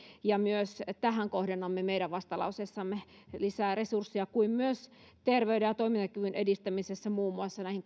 ja myös tähän kohdennamme meidän vastalauseessamme lisää resursseja samoin kuin myös terveyden ja toimintakyvyn edistämiseen muun muassa näihin